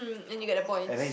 and you get the points